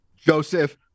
Joseph